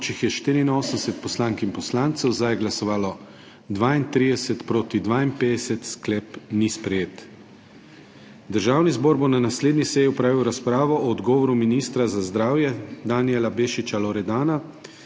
je glasovalo 32, proti 52. (Za je glasovalo 32.)(Proti 52.) Sklep ni sprejet. Državni zbor bo na naslednji seji opravil razpravo o odgovoru ministra za zdravje Danijela Bešiča Loredana